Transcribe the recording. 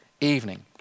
evening